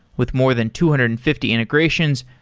with more than two hundred and fifty integrations,